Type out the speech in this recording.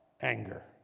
anger